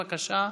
בבקשה,